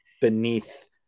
beneath